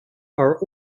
are